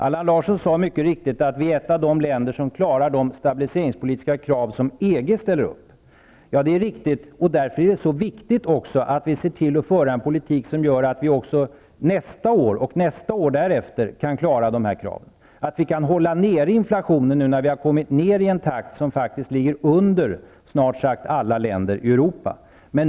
Allan Larsson sade mycket riktigt att Sverige är ett av de länder som klarar de stabiliseringspolitiska krav som EG ställer upp. Det är riktigt, och därför är det även betydelsefullt att vi ser till att föra en politik som gör att vi även nästa år och året därefter kan klara dessa krav. Det är viktigt att vi kan hålla inflationen nere när vi nu kommit ned i en takt som faktiskt ligger under vad som är fallet i snart sagt alla andra länder i Europa.